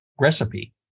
recipe